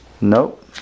Nope